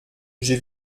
j’ai